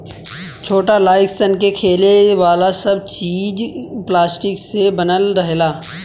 छोट लाइक सन के खेले वाला सब चीज़ पलास्टिक से बनल रहेला